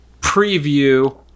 preview